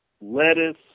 lettuce